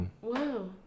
Wow